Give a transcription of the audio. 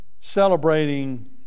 celebrating